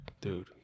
Dude